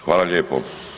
Hvala lijepo.